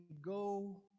go